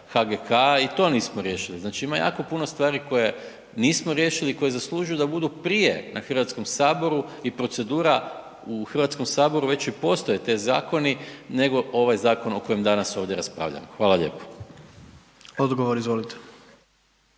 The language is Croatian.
HGK-a i to nismo riješili. Znači ima jako puno stvari koje nismo riješili i koje zaslužuju da budu prije na HS-u i procedura u HS-u, već i postoje te zakoni, nego ovaj zakon o kojem danas ovdje raspravljamo. Hvala lijepo. **Jandroković,